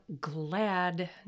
glad